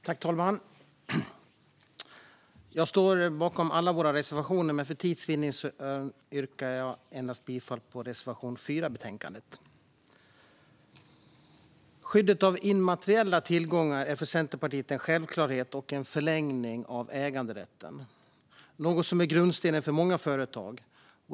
Fru talman! Jag står bakom alla våra reservationer, men för tids vinning yrkar jag bifall endast till reservation 4 i betänkandet. Skyddet av immateriella tillgångar är för Centerpartiet en självklarhet och en förlängning av äganderätten. Det är något som är grundstenen för många företag.